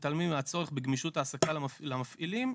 מתעלמים מהצורך בגמישות העסקה למפעילים,